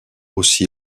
aussi